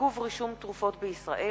עיכוב רישום תרופות בישראל,